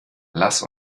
lass